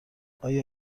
آیا